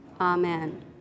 amen